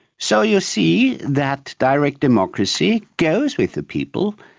so you see that direct democracy goes with the people,